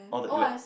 all the elec